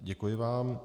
Děkuji vám.